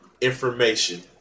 information